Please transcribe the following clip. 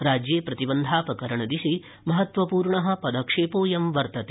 राज्ये प्रतिबन्धापकरणदिशि महत्त्वपूर्ण पदक्षेपोऽयं वर्तते